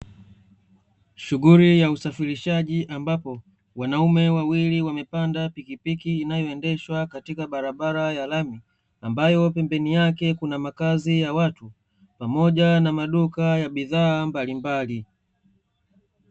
Shughuli ya usafirishaji, ambapo wanaume wawili wamepanda pikipiki inayoendeshwa katika barabara ya lami, ambayo pembeni yake kuna makazi ya watu pamoja na maduka ya bidhaa mbalimbali.